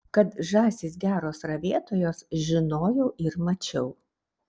kad žąsys geros ravėtojos žinojau ir mačiau